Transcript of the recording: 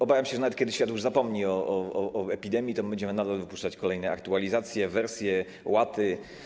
Obawiam się, że nawet kiedy świat już zapomni o epidemii, to my będziemy nadal wypuszczać kolejne aktualizacje, wersje, łaty.